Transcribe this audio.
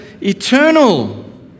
eternal